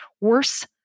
worse